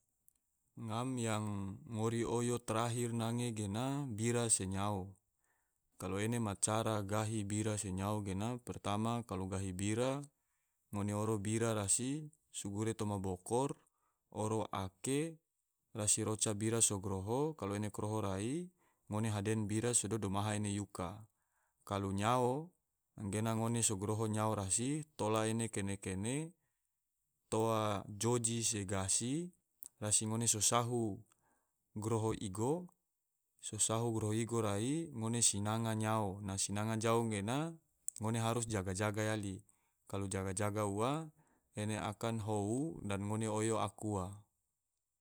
Ngam yang ngori oyo trahir gena bira se nyao, kalo ena ma cara gahi bira se nyao gena, pertama kalo gahi bira. ngone oro bira rasi sgure toma bokor, oro ake, rasi roca bira so kroho, kalo ene kroho rai, ngone haden bira sodo domaha ene yuka. kalu nyao, enggena ngone so kroho nyao rasi, tola ene kene-kene, toa joji se gasi, rasi ngone so sahu groho igo, so sahu groho igo rai ngone sinanga nyao. sinanga nyao gena harus ngone jaga-jaga yali, kalu jaga-jaga ua ene akan hou dan ngone oyo aku ua